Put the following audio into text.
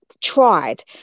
tried